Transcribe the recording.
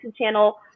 channel